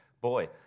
Boy